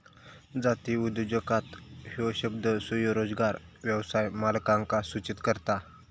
जातीय उद्योजकता ह्यो शब्द स्वयंरोजगार व्यवसाय मालकांका सूचित करता